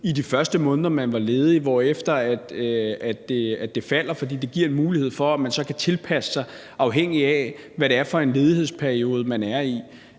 i de første måneder man var ledig, hvorefter det falder, for det giver en mulighed for, at man så kan tilpasse sig, afhængigt af hvad det er for en ledighedsperiode, man er i.